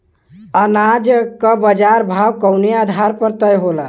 अनाज क बाजार भाव कवने आधार पर तय होला?